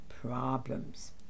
problems